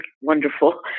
wonderful